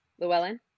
Llewellyn